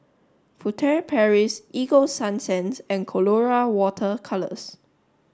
furtere Paris Ego sunsense and Colora water colours